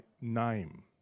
name